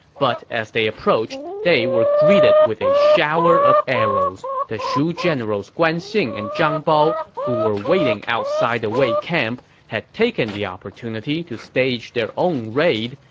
but as they approached, they were greeted with a shower of arrows. the shu generals guan xing and zhang bao, who were waiting outside the wei camp, had taken the opportunity to stage their own raid,